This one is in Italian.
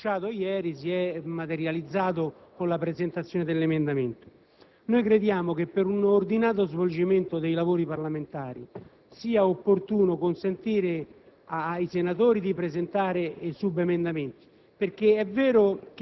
Signor Presidente, quello che avevamo già annunciato ieri si è materializzato con la presentazione dell'emendamento del Governo. Crediamo che per un ordinato svolgimento dei lavori parlamentari sia opportuno consentire